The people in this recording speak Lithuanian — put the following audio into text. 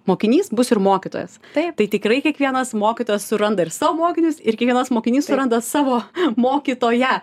mokinys bus ir mokytojas tai tikrai kiekvienas mokytojas suranda ir savo mokinius ir kiekvienas mokinys suranda savo mokytoją